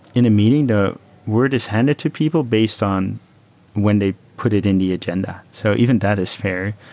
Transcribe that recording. in a meeting, the word is handed to people based on when they put it in the agenda. so even that is fair.